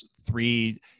three